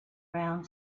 around